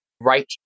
Right